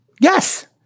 Yes